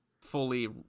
fully